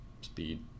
speed